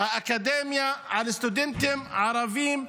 האקדמיה לסטודנטים ערבים,